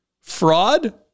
Fraud